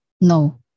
No